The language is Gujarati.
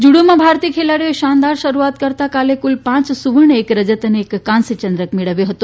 જુડોમાં ભારતીય ખેલાડીઓએ શાનદાર શરૂઆત કરતા કાલે કુલ પાંચ સુવર્ણ એક રજત અને એક કાંસ્યચંદ્રક મેળવ્યો હતો